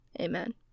Amen